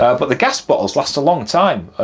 ah but the gas bottle's last a long time,